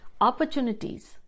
opportunities